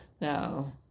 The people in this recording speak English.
No